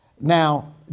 Now